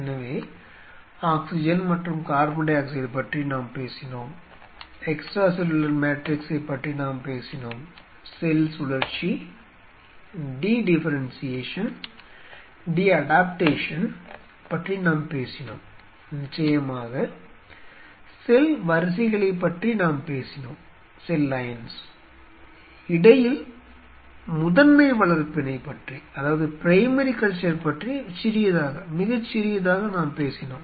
எனவே ஆக்ஸிஜன் மற்றும் carbon dioxide பற்றி நாம் பேசினோம் எக்ஸ்ட்ரா செல்லுலார் மேட்ரிக்ஸைப் பற்றி நாம் பேசினோம் செல் சுழற்சி டி டிஃபெரென்ஷியேஷன் டி அடாப்டேஷன் பற்றி நாம் பேசினோம் நிச்சயமாக செல் வரிசைகளைப் பற்றி நாம் பேசினோம் இடையில் முதன்மை வளர்ப்பினைப் பற்றி சிறியதாக மிகச் சிறியதாக நாம் பேசினோம்